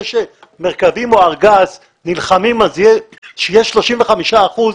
זה שמרכבים או הארגז נלחמים שיהיו 35 אחוזים,